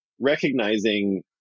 recognizing